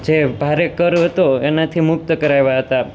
જે ભારે કર હતો એનાથી મુક્ત કરાવ્યા હતા